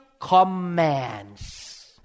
Commands